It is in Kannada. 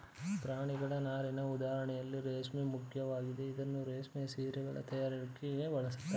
ಪ್ರಾಣಿಗಳ ನಾರಿನ ಉದಾಹರಣೆಯಲ್ಲಿ ರೇಷ್ಮೆ ಮುಖ್ಯವಾಗಿದೆ ಇದನ್ನೂ ರೇಷ್ಮೆ ಸೀರೆಗಳ ತಯಾರಿಕೆಗೆ ಬಳಸ್ತಾರೆ